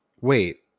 wait